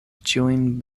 ĉiujn